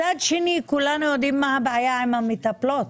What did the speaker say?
מצד שני כולנו יודעים מה הבעיה עם המטפלות.